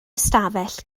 ystafell